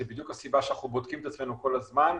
זו בדיוק הסיבה שאנחנו בודקים את עצמנו כל הזמן,